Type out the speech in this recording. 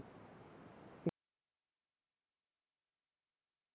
is that mm al~